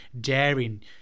daring